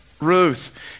Ruth